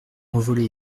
envolé